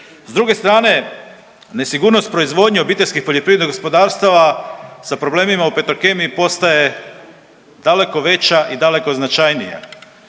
S druge strane, nesigurnost proizvodnje obiteljskih poljoprivrednih gospodarstava sa problemima u Petrokemiji postaje daleko veća i daleko značajnija.